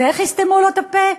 ואיך יסתמו לו את הפה?